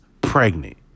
pregnant